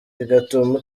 bigatuma